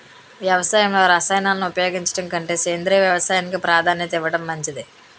వ్యవసాయంలో రసాయనాలను ఉపయోగించడం కంటే సేంద్రియ వ్యవసాయానికి ప్రాధాన్యత ఇవ్వడం మంచిది